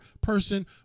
person